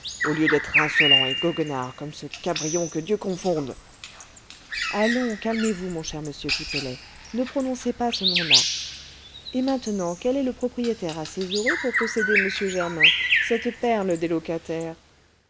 au lieu d'être insolent et goguenard comme ce cabrion que dieu confonde allons calmez-vous mon cher monsieur pipelet ne prononcez pas ce nom-là et maintenant quel est le propriétaire assez heureux pour posséder m germain cette perle des locataires